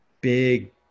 big